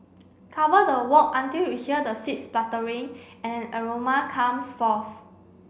cover the wok until you hear the seeds spluttering and aroma comes forth